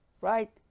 right